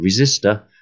resistor